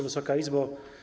Wysoka Izbo!